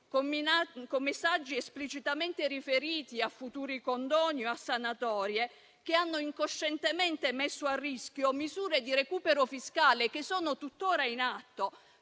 con messaggi esplicitamente riferiti a futuri condoni o a sanatorie, che hanno incoscientemente messo a rischio misure di recupero fiscale che sono tuttora in atto.